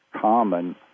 common